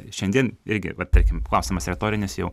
šiandien irgi va tarkim klausimas retorinis jau